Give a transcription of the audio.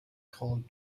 called